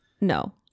No